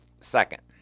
second